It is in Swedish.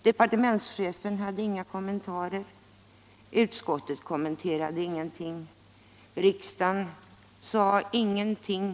Departementschefen hade inga kommentarer, utskottet kommenterade ingenting, riksdagen sade ingenting.